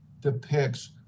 depicts